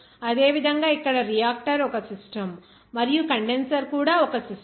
అదే విధంగా ఇక్కడ రియాక్టర్ ఒక సిస్టమ్ మరియు కండెన్సర్ కూడా ఒక సిస్టమ్